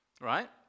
Right